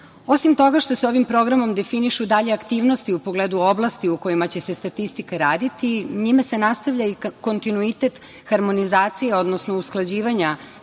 toga što se ovim Programom definišu dalje aktivnosti u pogledu oblasti u kojima će se statistika raditi, njime se nastavlja i kontinuitet harmonizacije, odnosno usklađivanja